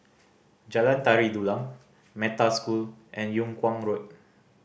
Jalan Tari Dulang Metta School and Yung Kuang Road